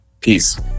Peace